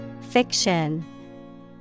Fiction